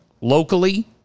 Locally